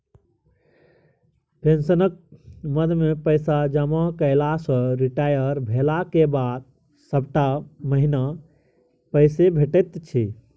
पेंशनक मदमे पैसा जमा कएला सँ रिटायर भेलाक बाद सभटा महीना पैसे भेटैत छै